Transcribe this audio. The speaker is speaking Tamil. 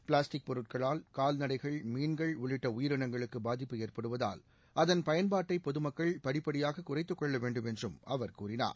பிளாஸ்டிக் பொருட்களால் கால்நடைகள் மீன்கள் உள்ளிட்ட உயிரினங்களுக்கு பாதிப்பு ஏற்படுவதால் அதன் பயன்பாட்டை பொதுமக்கள் படிப்படியாக குறைத்துக் கொள்ள வேண்டும் என்றும் அவர் கூறினார்